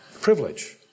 privilege